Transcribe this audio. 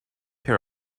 care